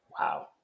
Wow